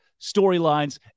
storylines